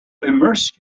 immerse